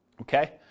Okay